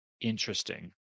interesting